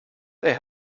they